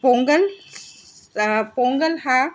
पोंगल पोंगल हा